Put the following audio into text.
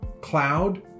cloud